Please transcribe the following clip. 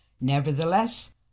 nevertheless